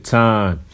time